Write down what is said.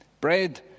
Bread